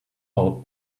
out